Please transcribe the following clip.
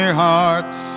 hearts